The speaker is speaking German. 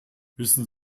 wissen